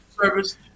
service